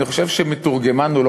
אני חושב שלא מספיק מתורגמן.